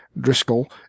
Driscoll